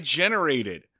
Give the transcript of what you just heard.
generated